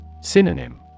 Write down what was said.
Synonym